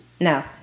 No